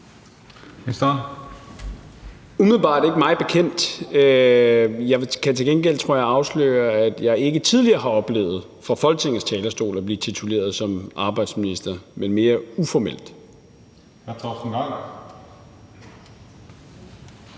umiddelbart ikke mig bekendt. Jeg kan til gengæld, tror jeg, afsløre, at jeg ikke tidligere har oplevet fra Folketingets talerstol at blive tituleret arbejdsminister, men mere uformelt.